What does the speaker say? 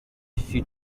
she